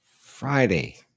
Friday